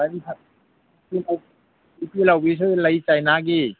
ꯄꯤ ꯄꯤ ꯂꯥꯎꯕꯤꯁꯨ ꯂꯩ ꯆꯥꯏꯅꯥꯒꯤ